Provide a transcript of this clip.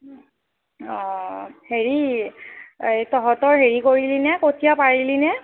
অঁ হেৰি এই তহঁতৰ হেৰি কৰিলিনে কঠীয়া পাৰিলিনে